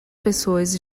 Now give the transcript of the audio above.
pessoas